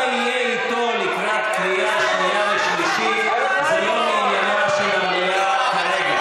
מה יהיה איתו לקראת קריאה שנייה ושלישית זה לא מעניינה של המליאה כרגע.